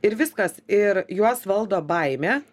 ir viskas ir juos valdo baimė